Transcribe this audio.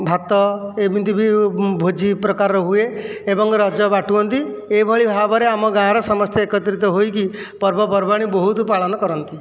ଭାତ ଏମିତି ବି ଭୋଜି ପ୍ରକାରର ହୁଏ ଏବଂ ରଜ ବାଟୁଅନ୍ତି ଏଇଭଳି ଭାବରେ ଆମ ଗାଁର ସମସ୍ତେ ଏକତ୍ରିତ ହୋଇକି ପର୍ବପର୍ବାଣି ବହୁତ ପାଳନ କରନ୍ତି